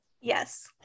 Yes